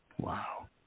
Wow